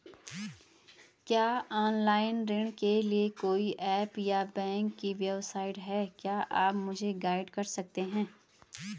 क्या ऑनलाइन ऋण के लिए कोई ऐप या बैंक की वेबसाइट है क्या आप मुझे गाइड कर सकते हैं?